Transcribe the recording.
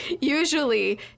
usually